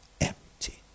empty